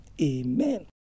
Amen